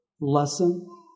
lesson